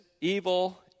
evil